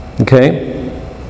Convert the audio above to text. okay